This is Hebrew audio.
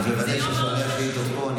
רק לוודא ששואלי השאילתות פה.